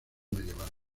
medieval